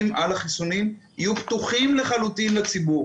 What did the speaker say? על החיסונים יהיו פתוחים לחלוטין לציבור.